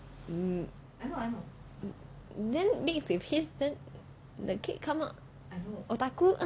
um then mixed with his then the kid come out otaku